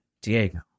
Diego